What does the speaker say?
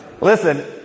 listen